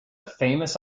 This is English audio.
famous